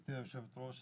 גברתי יושבת הראש,